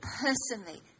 personally